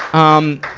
um,